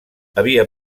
havia